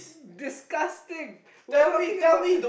disgusting we're talking about